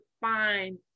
find